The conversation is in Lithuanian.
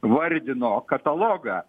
vardino katalogą